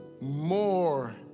more